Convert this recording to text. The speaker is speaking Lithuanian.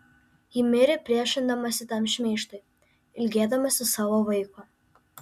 ji mirė priešindamasi tam šmeižtui ilgėdamasi savo vaiko